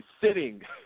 sitting